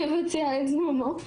מבצע את זממו,